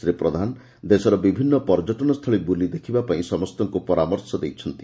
ଶ୍ରୀ ପ୍ରଧାନ ଦେଶର ବିଭିନ୍ନ ପର୍ଯ୍ୟଟନସ୍ଛଳୀ ବୁଲି ଦେଖିବା ପାଇଁ ସମସ୍ତଙ୍କୁ ପରାମର୍ଶ ଦେଇଛନ୍ତି